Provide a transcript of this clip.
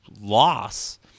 loss